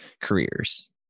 careers